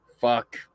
Fuck